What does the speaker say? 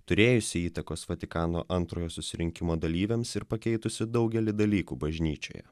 turėjusi įtakos vatikano antrojo susirinkimo dalyviams ir pakeitusi daugelį dalykų bažnyčioje